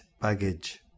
baggage